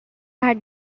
had